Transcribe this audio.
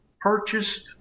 purchased